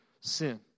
sin